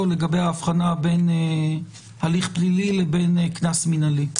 לגבי הבחנה בין הליך פלילי לבין קנס מינהלי.